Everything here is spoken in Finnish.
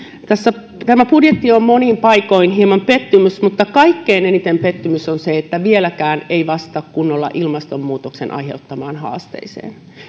tämä budjetti on monin paikoin hieman pettymys mutta kaikkein eniten pettymystä tuottaa se että vieläkään ei vastata kunnolla ilmastonmuutoksen aiheuttamaan haasteeseen